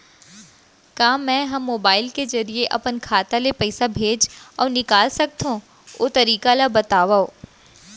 का मै ह मोबाइल के जरिए अपन खाता ले पइसा भेज अऊ निकाल सकथों, ओ तरीका ला बतावव?